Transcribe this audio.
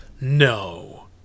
no